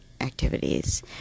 activities